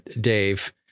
Dave